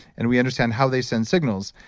and we understand how they send signals,